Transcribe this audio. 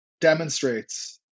demonstrates